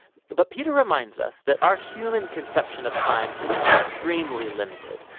but peter reminds us that our human conception of time is extremely limited.